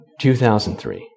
2003